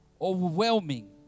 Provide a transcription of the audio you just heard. overwhelming